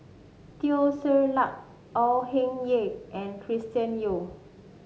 Teo Ser Luck Au Hing Yee and Chris Yeo